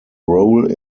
role